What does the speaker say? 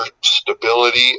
stability